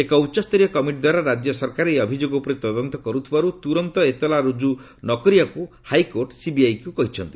ଏକ ଉଚ୍ଚସରୀୟ କମିଟି ଦ୍ୱାରା ରାଜ୍ୟ ସରକାର ଏହି ଅଭିଯୋଗ ଉପରେ ତଦନ୍ତ କର୍ଥକବାର୍ତ ତ୍ରରନ୍ତ ଏତଲା ରୁଜୁ ନକରିବାକୁ ହାଇକୋର୍ଟ ସିବିଆଇକୁ କହିଛନ୍ତି